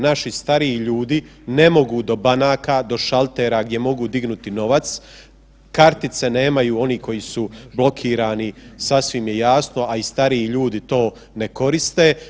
Naši stariji ljudi ne mogu do banaka, do šaltera gdje mogu dignuti novac, kartice nemaju oni koji su blokirani sasvim je jasno, a i stariji ljudi to ne koriste.